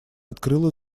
открыла